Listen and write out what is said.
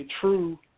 true